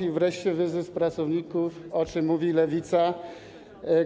I wreszcie wyzysk pracowników, o czym mówi Lewica,